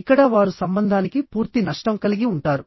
ఇక్కడ వారు సంబంధానికి పూర్తి నష్టం కలిగి ఉంటారు